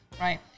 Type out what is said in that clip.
Right